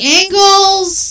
angles